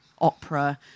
opera